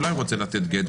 אולי הוא רוצה לתת גט,